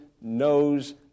knows